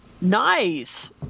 Nice